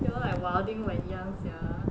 you all like wilding when young sia